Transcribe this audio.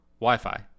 Wi-Fi